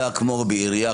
כמו בעירייה,